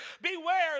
Beware